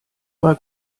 mal